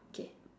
K